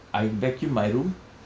I vacuum my room